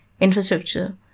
infrastructure